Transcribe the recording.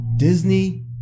Disney